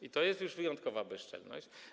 I to jest już wyjątkowa bezczelność.